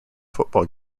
football